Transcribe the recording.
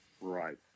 Right